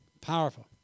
Powerful